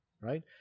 right